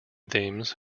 themes